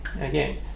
Again